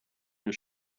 your